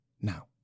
Now